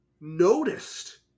noticed